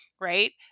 right